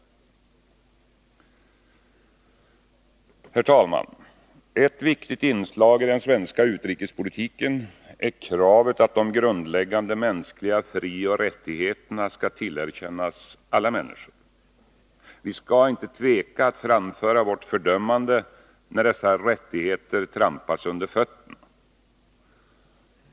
Ett viktigt inslag i den svenska utrikespolitiken är kravet att de grundläggande mänskliga frioch rättigheterna skall tillerkännas alla människor. Vi skall inte tveka att framföra vårt fördömande när dessa rättigheter trampas under fötterna.